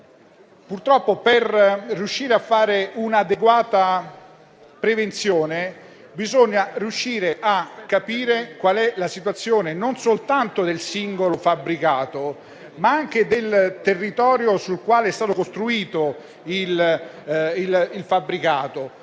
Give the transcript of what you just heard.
Purtroppo, per riuscire a fare una adeguata prevenzione, bisogna riuscire a capire quale sia la situazione non soltanto del singolo fabbricato, ma anche del territorio sul quale è stato costruito. Dico